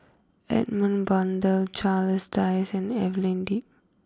Edmund Blundell Charles Dyce and Evelyn Lip